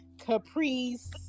Caprice